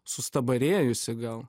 sustabarėjusi gal